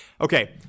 Okay